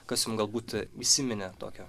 kas jum galbūt įsiminė tokio